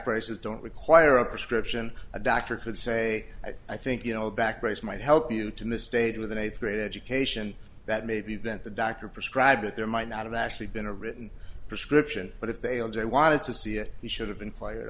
braces don't require a prescription a doctor could say i think you know a back brace might help you to misstate with an eighth grade education that maybe bent the doctor prescribe that there might not have actually been a written prescription but if they all day wanted to see it he should have been fired